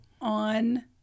on